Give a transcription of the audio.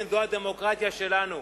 כן, זו הדמוקרטיה שלנו,